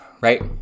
Right